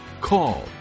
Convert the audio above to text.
call